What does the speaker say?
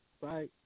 Bye